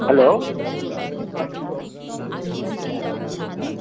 hello হ্যাঁ কী হ্যাঁ